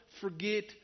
forget